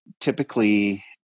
typically